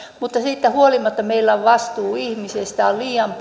siitä huolimatta meillä on vastuu ihmisistä on liian